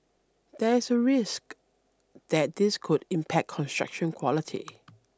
there is a risk that this could impact construction quality